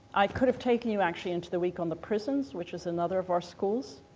i could have taken you actually into the week on the prisons, which is another of our schools.